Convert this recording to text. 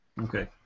Okay